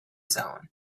zone